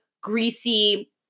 greasy